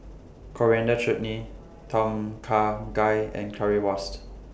Coriander Chutney Tom Kha Gai and Currywurst